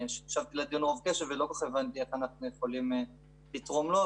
הקשבתי לדיון רוב קשב ולא כל כך הבנתי איך אנחנו יכולים לתרום לו,